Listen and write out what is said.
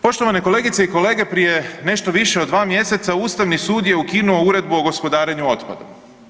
Poštovane kolegice i kolege, prije nešto više od 2 mjeseca Ustavni sud je ukinuo Uredbu o gospodarenju otpadom.